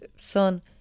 son